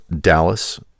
dallas